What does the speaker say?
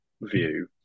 view